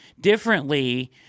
differently